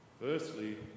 Firstly